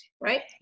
right